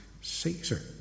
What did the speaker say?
Caesar